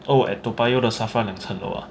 oh at toa payoh 的 SAFRA 两层楼 ah